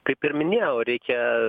kaip ir minėjau reikia